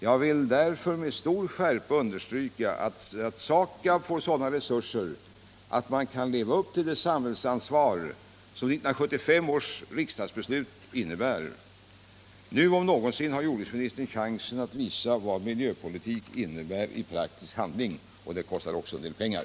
Jag vill därför med stor skärpa understryka att SAKAB måste få sådana resurser att man kan leva upp till det samhällsansvar som 1975 års riksdagsbeslut innebär. Nu om någonsin har jordbruksministern chansen att visa vad miljöpolitik innebär i praktisk handling, och det kostar också en del pengar.